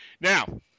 Now